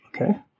Okay